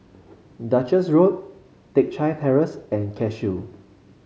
Duchess Road Teck Chye Terrace and Cashew